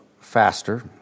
faster